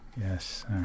Yes